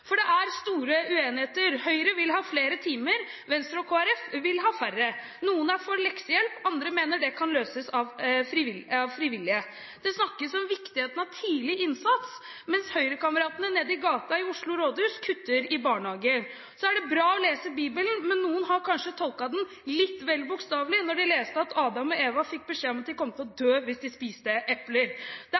For det er store uenigheter. Høyre vil ha flere timer, Venstre og Kristelig Folkeparti vil ha færre. Noen er for timer til leksehjelp, andre mener det kan løses av frivillige. Det snakkes om viktigheten av tidlig innsats, mens høyrekameratene nede i gaten i Oslo rådhus kutter i barnehager. Det er bra å lese Bibelen, men noen har kanskje tolket den litt vel bokstavelig da de leste at Adam og Eva fikk beskjed om at de kom til å dø hvis de spiste epler. Det